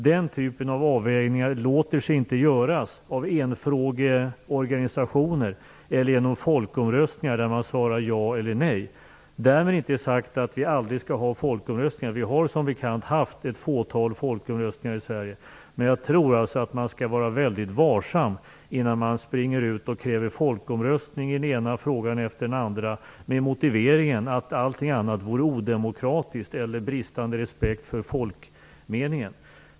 Den typen av avvägningar låter sig inte göras av enfrågeorganisationer eller genom folkomröstningar där man svarar ja eller nej. Därmed inte sagt att vi aldrig skall ha folkomröstningar. Vi har som bekant haft ett fåtal folkomröstningar i Sverige. Men jag tror alltså att man skall vara väldigt varsam innan man springer ut och kräver folkomröstning i den ena frågan efter den andra med motiveringen att allt annat vore odemokratiskt eller att det vore en bristande respekt för folkmeningen.